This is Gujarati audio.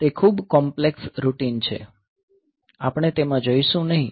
તે ખૂબ કોમ્પ્લેક્સ રૂટિન છે આપણે તેમાં જઈશું નહીં